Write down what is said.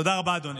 תודה רבה, אדוני.